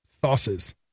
sauces